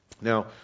Now